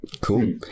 Cool